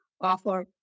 offer